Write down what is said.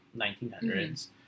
1900s